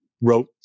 wrote